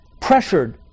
pressured